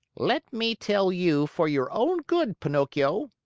let me tell you, for your own good, pinocchio,